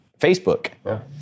Facebook